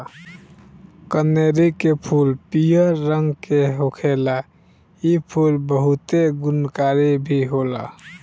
कनेरी के फूल पियर रंग के होखेला इ फूल बहुते गुणकारी भी होला